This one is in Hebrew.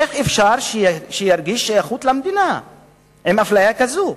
איך אפשר שירגיש שייכות למדינה עם אפליה כזו?